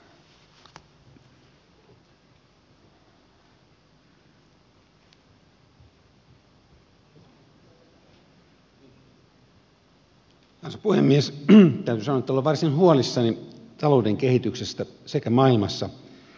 täytyy sanoa että olen varsin huolissani talouden kehityksestä sekä maailmassa että suomessa